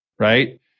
right